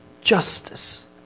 Justice